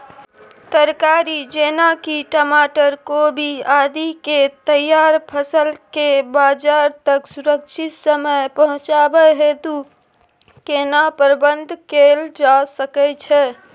तरकारी जेना की टमाटर, कोबी आदि के तैयार फसल के बाजार तक सुरक्षित समय पहुँचाबै हेतु केना प्रबंधन कैल जा सकै छै?